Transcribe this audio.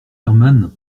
herman